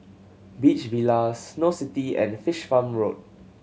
Beach Villas Snow City and Fish Farm Road